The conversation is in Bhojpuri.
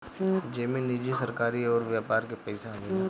जेमे निजी, सरकारी अउर व्यापार के पइसा आवेला